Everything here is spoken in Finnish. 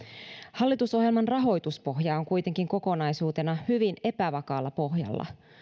hallitusohjelman rahoituspohja on kuitenkin kokonaisuutena hyvin epävakaalla pohjalla